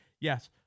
Yes